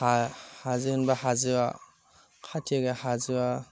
हाजो होनबा हाजोआ खाथियाव गैया हाजोआ